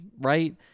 Right